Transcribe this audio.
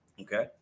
Okay